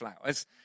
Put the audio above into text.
flowers